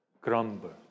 grumble